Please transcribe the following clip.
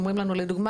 אומרים לנו לדוגמה,